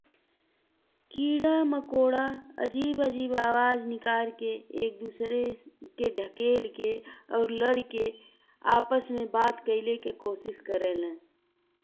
कीड़ा मकोड़ा अजीब अजीब आवाज निकालि के, एक दूसरे के धकेलि के और लड़ी के आपस में बात कइले के कोशिश करेला।